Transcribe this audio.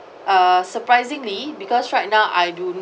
uh surprisingly because right now I do